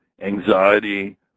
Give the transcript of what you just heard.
anxiety